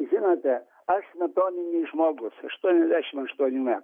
žinote aš smetoninis žmogus aštuoniasdešimt aštuonių metų